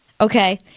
Okay